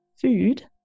food